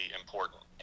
important